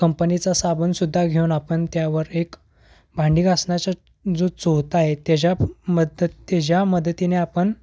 कंपनीचा साबण सुद्धा घेऊन आपण त्यावर एक भांडी घासण्याचा जो चोथा आहे त्याच्यात मदत त्याच्या मदतीने आपण